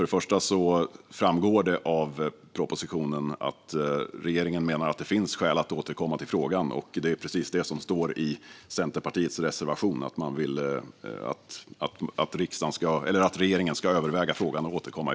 Det framgår ju av propositionen att regeringen menar att det finns skäl att återkomma till frågan, vilket är precis vad som står i Centerpartiets reservation - att regeringen ska överväga frågan och återkomma.